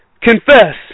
confess